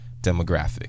demographic